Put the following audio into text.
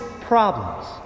problems